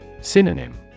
Synonym